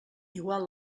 igual